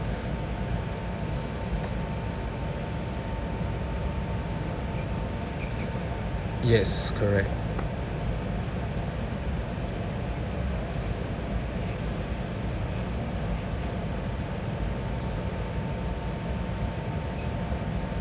yes correct